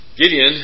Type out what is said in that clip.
Gideon